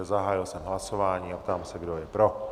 Zahájil jsem hlasování a ptám se, kdo je pro?